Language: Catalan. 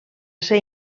ser